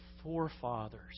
forefathers